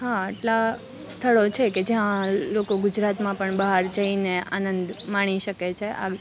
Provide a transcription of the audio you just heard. હા આટલા સ્થળો છે કે જયાં લોકો ગુજરાતમાં પણ બહાર જઈને આનંદ માણી શકે છે આ